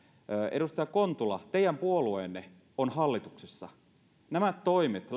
edustaja kontula teidän puolueenne on hallituksessa nämä toimet